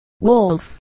Wolf